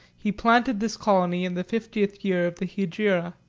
he planted this colony in the fiftieth year of the hegira.